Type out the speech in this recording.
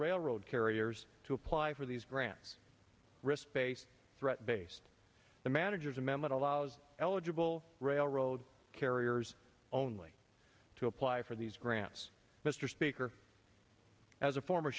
railroad carriers to apply for these grants risk based threat based the manager's amendment allows eligible railroad carriers only to apply for these grants mr speaker as a form